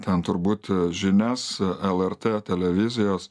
ten turbūt žinias lrt televizijos